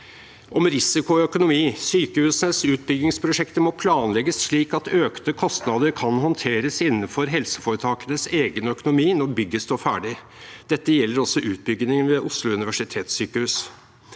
«om risiko og økonomi»: «Sykehusenes utbyggingsprosjekter må planlegges slik at økte kostnader kan håndteres innenfor helseforetakets egen økonomi når bygget står ferdig. Dette gjelder også utbyggingene ved Oslo universitetssykehus.